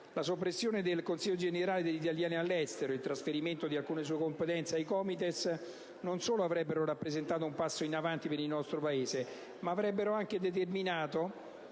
La soppressione del Consiglio generale degli italiani all'estero e il trasferimento di alcune sue competenze ai COMITES, non solo avrebbero rappresentato un passo in avanti per il nostro Paese, ma avrebbero anche determinato,